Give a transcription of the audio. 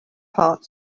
part